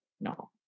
No